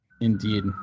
Indeed